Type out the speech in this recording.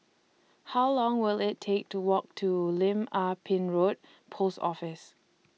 How Long Will IT Take to Walk to Lim Ah Pin Road Post Office